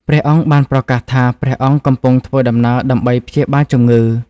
ព្រះអង្គបានប្រកាសថា ព្រះអង្គកំពុងធ្វើដំណើរដើម្បីព្យាបាលជំងឺ។